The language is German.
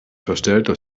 verstellter